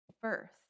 first